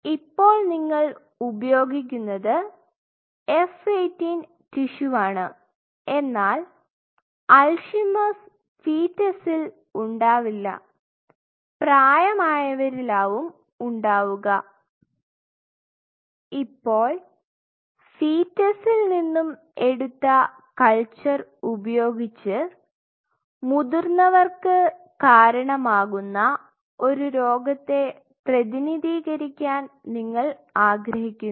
ഇപ്പോൾ നിങ്ങൾ ഉപയോഗിക്കുന്നത് F18 ടിഷ്യുവാണ് എന്നാൽ അൽഷിമേഴ്സ്Alzheimer's ഫീറ്റസിൽ ഉണ്ടാവില്ല പ്രായമായവരിൽ ആവും ഉണ്ടാവുക ഇപ്പോൾ ഫീറ്റസിൽ നിന്നും എടുത്ത കൾച്ചർ ഉപയോഗിച്ച് മുതിർന്നവർക്ക് കാരണമാകുന്ന ഒരു രോഗത്തെ പ്രതിനിധീകരിക്കാൻ നിങ്ങൾ ആഗ്രഹിക്കുന്നു